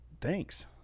Thanks